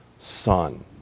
Son